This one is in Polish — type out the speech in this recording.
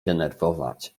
denerwować